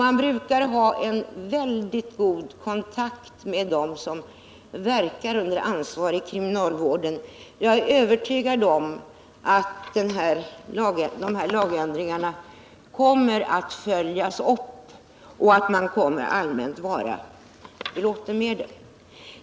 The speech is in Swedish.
Man brukar ha en mycket god kontakt med de ansvariga inom kriminalvården, och jag är övertygad om att lagändringarna kommer att följas upp och att man allmänt kommer att bli belåten med dem.